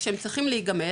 שהם צריכים להיגמל,